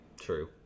True